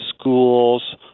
schools